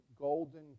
golden